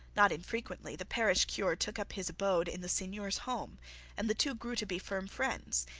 not infrequently the parish cure took up his abode in the seigneur's home and the two grew to be firm friends,